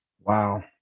Wow